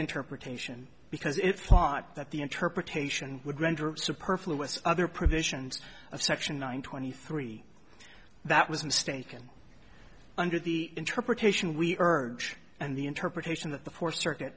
interpretation because it thought that the interpretation would render superfluous other provisions of section nine twenty three that was mistaken under the interpretation we urge and the interpretation that the fourth circuit